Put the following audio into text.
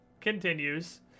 continues